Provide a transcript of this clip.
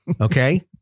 Okay